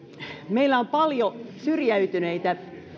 meillä on paljon syrjäytyneitä